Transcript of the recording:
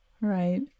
Right